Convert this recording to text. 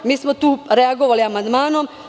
Tu smo reagovali amandmanom.